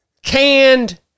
Canned